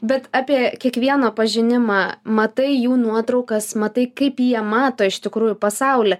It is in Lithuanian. bet apie kiekvieną pažinimą matai jų nuotraukas matai kaip jie mato iš tikrųjų pasaulį